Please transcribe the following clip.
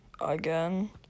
again